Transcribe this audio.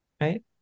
right